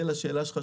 לשאלתך,